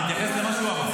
אני מתייחס למה שהוא אמר.